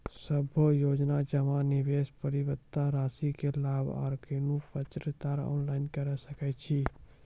सभे योजना जमा, निवेश, परिपक्वता रासि के लाभ आर कुनू पत्राचार ऑनलाइन के सकैत छी?